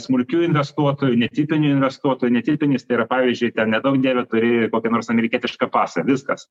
smulkių investuotojų netipinių investuotojų netipinis tai yra pavyzdžiui neduok dieve turi kokį nors amerikietišką pasą viskas